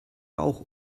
auch